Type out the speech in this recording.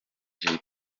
jay